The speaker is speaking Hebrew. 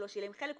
הוא לא שילם חלק,